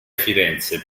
firenze